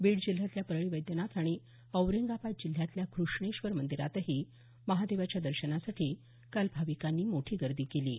बीड जिल्ह्यातल्या परळी वैद्यनाथ आणि औरंगाबाद जिल्ह्यातल्या घ्रष्णेश्वर मंदिरातही महादेवाच्या दर्शनासाठी काल भाविकांनी मोठी गर्दी केली होती